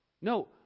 No